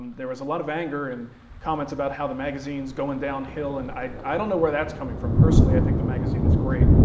there was a lot of anger and comments about how the magazine's goin' downhill. and i i don't know where that's coming from. personally, i think the magazine is great,